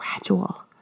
Gradual